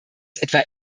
etwa